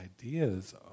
ideas